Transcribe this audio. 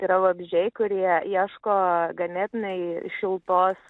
yra vabzdžiai kurie ieško ganėtinai šiltos